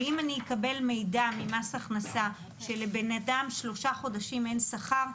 ואם אני אקבל מידע ממס הכנסה שאין לבן אדם שלושה חודשים שכר,